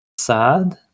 Sad